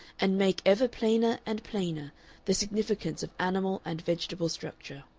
and make ever plainer and plainer the significance of animal and vegetable structure.